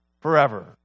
forever